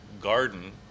garden